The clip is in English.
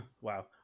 Wow